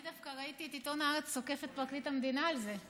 אני דווקא ראיתי את עיתון הארץ תוקף את פרקליט המדינה על זה.